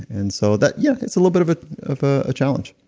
and so that, yeah, it's a little bit of of ah a challenge